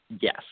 Yes